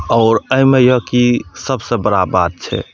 आओर एहिमे अछि कि सबसे बड़ा बात छै